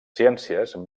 ciències